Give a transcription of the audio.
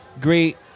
great